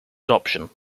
adoption